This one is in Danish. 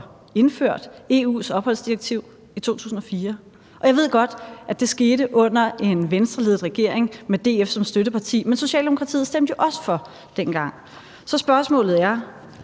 indført EU's opholdsdirektiv, og jeg ved godt, at det skete under en Venstreledet regering med DF som støtteparti, men Socialdemokratiet stemte jo dengang også for. Så spørgsmålet er: